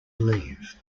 leave